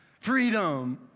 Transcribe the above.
freedom